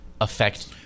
affect